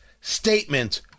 statement